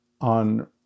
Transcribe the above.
on